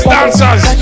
Dancers